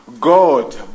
God